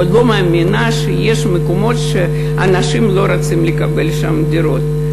או לא מאמינה שיש מקומות שאנשים לא רוצים לקבל שם דירות.